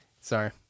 sorry